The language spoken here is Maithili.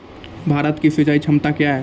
भारत की सिंचाई क्षमता क्या हैं?